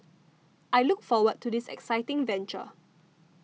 I look forward to this exciting venture